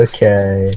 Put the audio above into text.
Okay